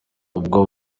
ubwo